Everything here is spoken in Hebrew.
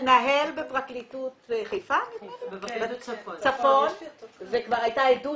מתנהל בפרקליטות צפון וכבר הייתה עדות